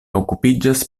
okupiĝas